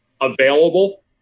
available